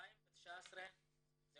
ב-2019 זה